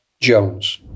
Jones